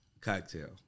Cocktail